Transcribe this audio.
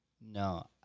no